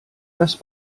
das